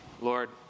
Lord